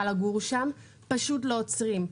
פשוט לא עוצרים.